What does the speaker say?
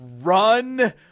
run